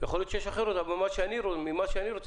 יכול להיות שיש אחרות אבל מה שאני רואה